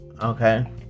Okay